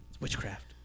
witchcraft